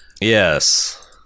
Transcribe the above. yes